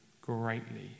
greatly